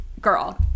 girl